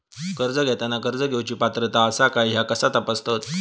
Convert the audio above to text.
कर्ज घेताना कर्ज घेवची पात्रता आसा काय ह्या कसा तपासतात?